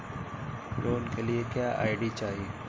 Loan के लिए क्या आई.डी चाही?